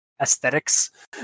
aesthetics